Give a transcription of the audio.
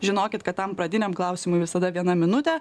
žinokit kad tam pradiniam klausimui visada viena minutė